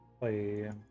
play